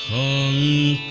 a